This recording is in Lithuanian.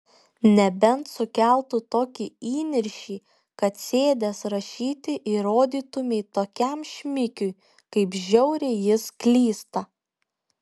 nebent sukeltų tokį įniršį kad sėdęs rašyti įrodytumei tokiam šmikiui kaip žiauriai jis klysta